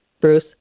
Bruce